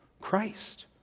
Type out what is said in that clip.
Christ